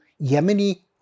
Yemeni